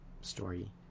story